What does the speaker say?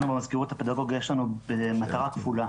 במזכירות הפדגוגית יש לנו מטרה כפולה.